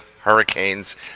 hurricanes